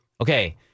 okay